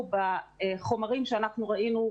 בחומרים שאנחנו ראינו,